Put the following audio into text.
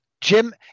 Jim